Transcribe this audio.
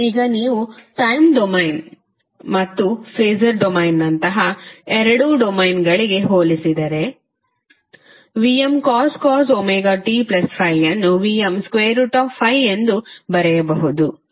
ಈಗ ನೀವು time domain ಮತ್ತು ಫೇಸರ್ ಡೊಮೇನ್ನಂತಹ ಎರಡೂ ಡೊಮೇನ್ಗಳಿಗೆ ಹೋಲಿಸಿದರೆ Vmcos ωt∅ ಅನ್ನು Vm∠∅ ಎಂದು ಬರೆಯಬಹುದು